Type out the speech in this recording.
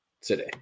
today